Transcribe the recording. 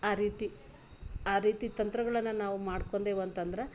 ಆ ರೀತಿ ಆ ರೀತಿ ತಂತ್ರಗಳನ್ನು ನಾವು ಮಾಡ್ಕೊಂಡೇವ್ ಅಂತಂದ್ರೆ